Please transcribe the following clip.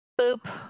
Boop